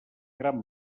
gran